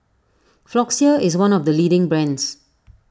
Floxia is one of the leading brands